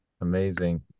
Amazing